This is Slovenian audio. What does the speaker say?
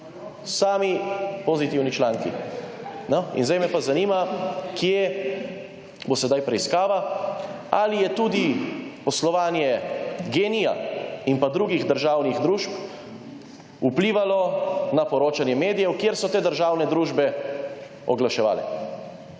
Sami pozitivni članki. In sedaj me pa zanima, kje bo sedaj preiskava. Ali je tudi poslovanje Gen-I in pa drugih državnih družb vplivalo na poročanje medijev, kjer so te državne družbe oglaševale?